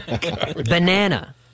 Banana